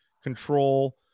control